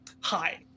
hi